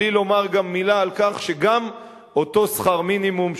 בלי לומר גם מלה על כך שגם אותו שכר מינימום,